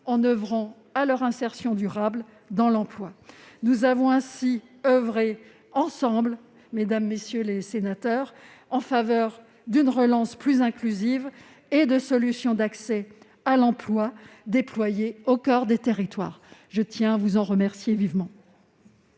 en travaillant à leur insertion durable dans l'emploi. Nous avons ainsi oeuvré ensemble, mesdames, messieurs les sénateurs, en faveur d'une relance plus inclusive et de solutions d'accès à l'emploi déployées au coeur des territoires. Je vous en remercie vivement.